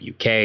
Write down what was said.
UK